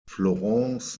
florence